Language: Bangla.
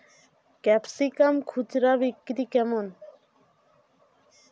ক্যাপসিকাম খুচরা বিক্রি কেমন?